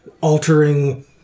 altering